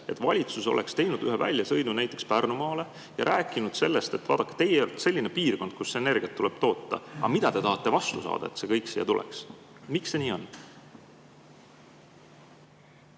et valitsus oleks teinud väljasõidu näiteks Pärnumaale ja rääkinud sellest, et vaadake, teil on selline piirkond, kus tuleb energiat toota, [ja küsinud], aga mida te tahate vastu saada, et see kõik siia tuleks. Miks see nii on?